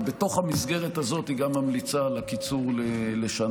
ובתוך המסגרת הזאת היא גם המליצה על קיצור לשנה.